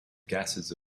gases